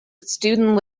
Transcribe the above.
student